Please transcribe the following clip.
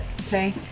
Okay